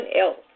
else